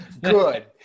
good